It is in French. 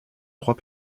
trois